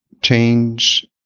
change